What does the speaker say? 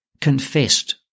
confessed